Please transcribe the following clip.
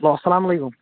واَسَلامُ علیکُم